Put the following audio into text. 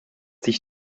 sich